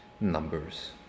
numbers